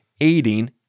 aiding